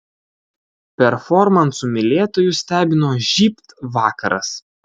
performansų mylėtojus stebino žybt vakaras